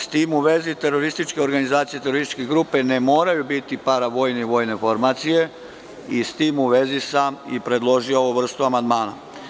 S tim u vezi, terorističke organizacije, terorističke grupe ne moraju biti paravojne i vojne formacije, pa sam predložio ovu vrstu amandmana.